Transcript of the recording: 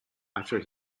after